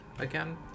again